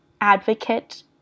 advocate